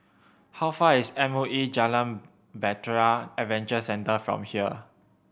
how far is M O E Jalan Bahtera Adventure Centre from here